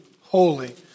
holy